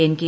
N K